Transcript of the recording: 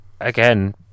again